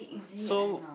so